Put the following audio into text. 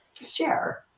share